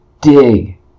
dig